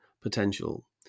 potential